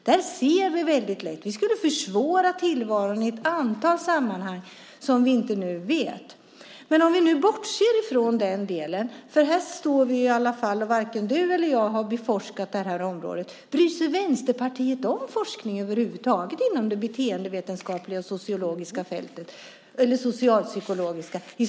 Där ser vi lätt att vi skulle försvåra tillvaron i ett antal sammanhang som vi nu inte känner till. Men låt oss nu bortse från den delen, för här står vi i alla fall och varken LiseLotte eller jag har beforskat det här området. Bryr sig Vänsterpartiet om forskning över huvud taget på det beteendevetenskapliga, sociologiska och socialpsykologiska fältet?